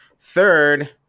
Third